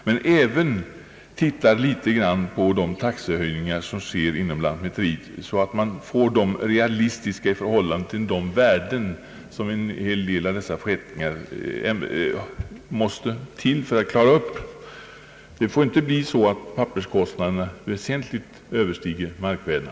Men det gäller också att titta litet grand på de taxehöjningar som sker inom lantmäteriet — kostnaderna bör vara realistiska i förhållande till de värden som regleras genom förrättningarna. Det får inte bli så att papperskostnaderna väsentligt överstiger markvärdena.